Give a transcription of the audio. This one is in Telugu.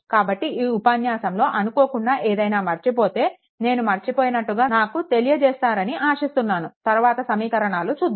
కాబట్టి ఈ ఉపన్యాసంలో అనుకోకుండా ఏదైనా మర్చిపోతే నేను మర్చిపోయినట్లుగా నాకు తెలియజేస్తారని ఆశిస్తున్నాను తరువాత సమీకరణాలు చూద్దాము